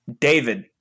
David